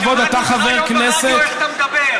מרוב כבוד שמענו אותך ברדיו, איך אתה מדבר.